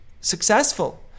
successful